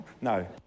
no